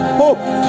hope